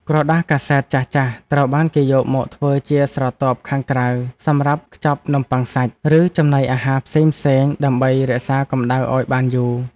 ក្រដាសកាសែតចាស់ៗត្រូវបានគេយកមកធ្វើជាស្រទាប់ខាងក្រៅសម្រាប់ខ្ចប់នំបុ័ងសាច់ ឬចំណីអាហារផ្សេងៗដើម្បីរក្សាកម្ដៅឱ្យបានយូរ។